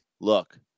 look